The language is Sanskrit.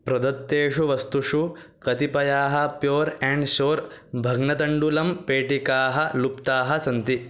प्रदत्तेषु वस्तुषु कतिपयाः प्योर् अण्ड् शोर् भग्नतण्डुलं पेटिकाः लुप्ताः सन्ति